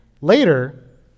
Later